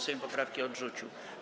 Sejm poprawki odrzucił.